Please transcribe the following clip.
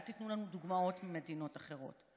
אל תיתנו לנו דוגמאות ממדינות אחרות.